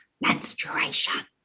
menstruation